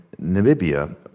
Namibia